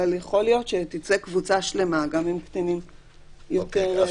אבל יכול להיות שתצא קבוצה שלמה גם עם קטינים יותר צעירים.